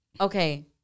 okay